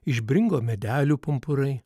išbrinko medelių pumpurai